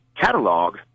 catalog